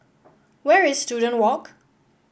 where is Student Walk